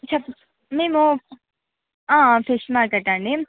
చెప్ప మేము fish market అండి